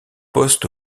poste